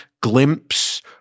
glimpse